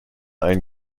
ein